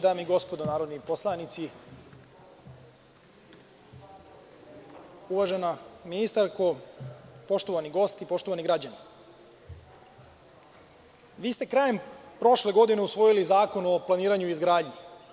Dame i gospodo narodni poslanici, uvažena ministarko, poštovani gosti, poštovani građani, vi ste krajem prošle godine usvojili Zakon o planiranju i izgradnji.